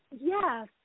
yes